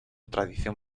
tradición